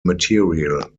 material